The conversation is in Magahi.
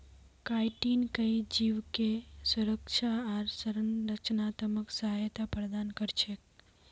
काइटिन कई जीवके सुरक्षा आर संरचनात्मक सहायता प्रदान कर छेक